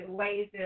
Ways